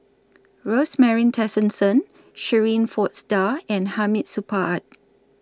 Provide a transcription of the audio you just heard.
Rosemary Tessensohn Shirin Fozdar and Hamid Supaat